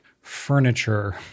furniture